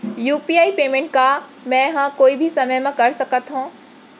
UPI payment का मैं ह कोई भी समय म कर सकत हो?